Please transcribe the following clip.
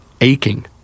aching